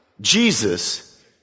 Jesus